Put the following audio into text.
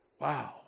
Wow